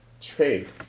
trade